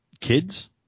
kids